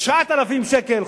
9,000 שקל חוב בקנס.